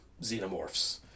xenomorphs